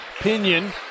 Pinion